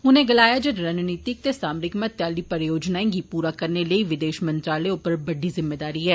उनें गलाया जे रणनीतिक ते सामरिक महत्ता आली परियोजनाएं गी पूरा करने लेई विदेश मंत्रालय उप्पर बड्डी जिम्मेदारी ऐ